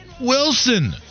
Wilson